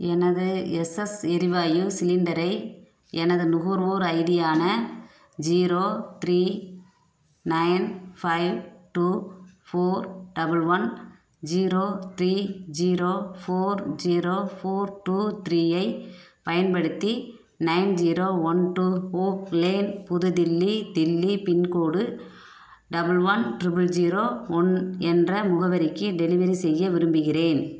எனது S S எரிவாயு சிலிண்டரை எனது நுகர்வோர் ஐடியான zero three nine five two four double one zero three zero four zero four two three யை பயன்படுத்தி nine zero one two oak lane புது Delhi Delhi pincode double one triple zero one என்ற முகவரிக்கு டெலிவரி செய்ய விரும்புகிறேன்